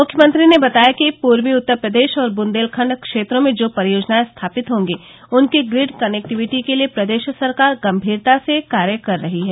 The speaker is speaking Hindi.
मुख्यमंत्री ने बताया कि पूर्वी उत्तर प्रदेश और बुंदेलखंड क्षेत्रों में जो परियोजनाएं स्थापित होंगी उनकी प्रिड कनेक्टिविटी के लिए प्रदेश सरकार गंभीरता से कार्य कर रही है